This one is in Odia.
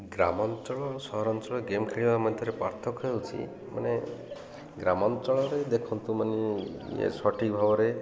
ଗ୍ରାମାଞ୍ଚଳ ସହରାଞ୍ଚଳ ଗେମ୍ ଖେଳିବା ମଧ୍ୟରେ ପାର୍ଥକ୍ୟ ହେଉଛି ମାନେ ଗ୍ରାମାଞ୍ଚଳରେ ଦେଖନ୍ତୁ ମାନେ ଇଏ ସଠିକ୍ ଭାବରେ